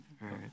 right